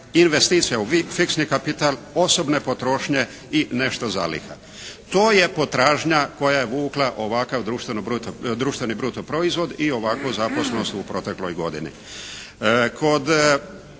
investicija u fiksni kapital, osobne potrošnje i nešto zaliha. To je potražnja koja je vukla ovakav društveni bruto proizvod i ovakvu zaposlenost u protekloj godini.